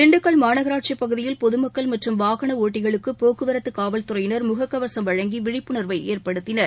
திண்டுக்கல் மாநகராட்சிப் பகுதியில் பொதுமக்கள் மற்றும் வாகனஒட்டிகளுக்குபோக்குவரத்துகாவல் துறையினர் முகக்கவசம் வழங்கிவிழிப்புணர்வைஏற்படுத்தினர்